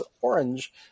orange